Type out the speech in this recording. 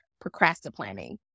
procrastinating